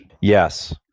yes